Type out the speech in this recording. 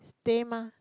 stay mah